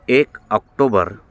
एक ऑक्टोबर